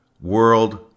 world